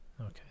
Okay